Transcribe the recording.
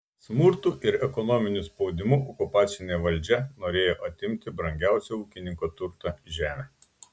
smurtu ir ekonominiu spaudimu okupacinė valdžia norėjo atimti brangiausią ūkininko turtą žemę